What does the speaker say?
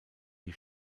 die